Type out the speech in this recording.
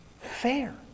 fair